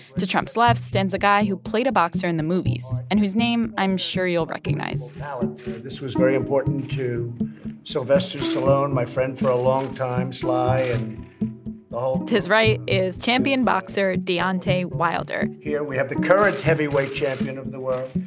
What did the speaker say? to trump's left stands a guy who played a boxer in the movies and whose name i'm sure you'll recognize this was very important to sylvester stallone, my friend for a long time. sly and. to his right is champion boxer deontay wilder here we have the current heavyweight champion of the world,